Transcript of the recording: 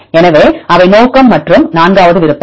எனவே அவை நோக்கம் மற்றும் நான்காவது விருப்பம்